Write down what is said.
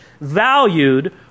valued